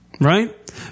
Right